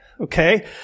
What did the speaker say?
Okay